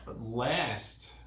last